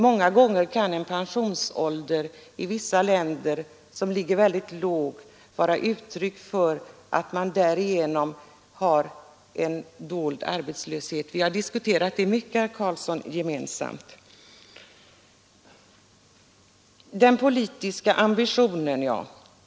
Många gånger kan en pensionsålder som ligger mycket lågt vara uttryck för en dold arbetslöshet. Vi har ofta diskuterat den frågan gemensamt, herr Carlsson.